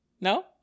No